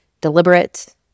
Deliberate